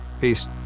peace